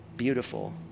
beautiful